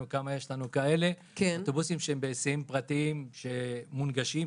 כמה כאלה יש לנו שהם בהיסעים פרטיים שמונגשים,